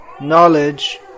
knowledge